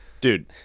Dude